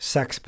Sex